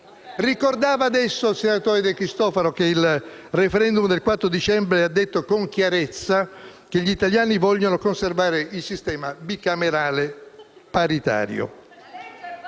Ricordava adesso il senatore De Cristofaro che il *referendum* del 4 dicembre ha detto con chiarezza che gli italiani vogliono conservare il sistema bicamerale paritario.